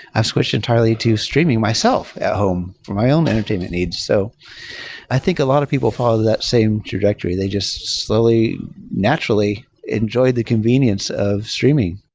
i've switched entirely to streaming myself at home for my own entertainment needs. so i think a lot of people fall to that same trajectory. they just slowly, naturally enjoy the convenience of streaming.